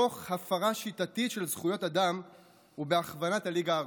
תוך הפרה שיטתית של זכויות אדם ובהכוונת הליגה הערבית.